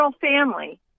family